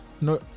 No